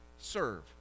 serve